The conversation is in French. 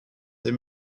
des